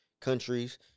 countries